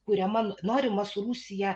kuriama norima su rusiją